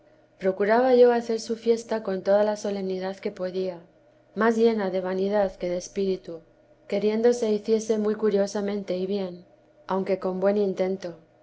procuraba yo hacer su fiesta con toda la solemnidad que podía más llena de vanidad que de espíritu queriendo se hiciese muy curiosamente y bien aunque con buen intento